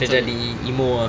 cam jadi emotional ah